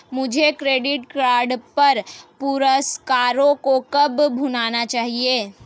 मुझे credit card पर पुरस्कारों को कब भुनाना चाहिए?